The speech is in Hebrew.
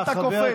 מה אתה קופץ?